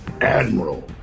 Admiral